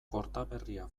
kortaberria